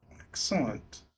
Excellent